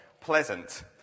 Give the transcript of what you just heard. pleasant